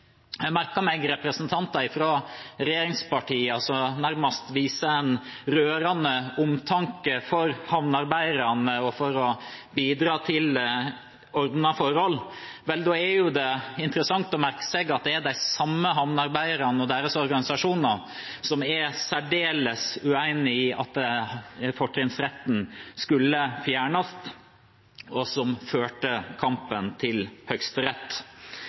Jeg merker meg representanter fra regjeringspartiene som nærmest viser en rørende omtanke for havnearbeiderne, og vil bidra til ordnede forhold. Vel, da er det jo interessant å merke seg at det er de samme havnearbeiderne og deres organisasjoner som var særdeles uenige i at fortrinnsretten skulle fjernes, og som førte kampen til